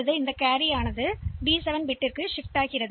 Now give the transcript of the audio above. எனவே அந்த கேரி இப்போது டி 7 க்கு மாற்றப்படும்